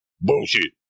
Bullshit